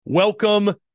Welcome